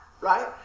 right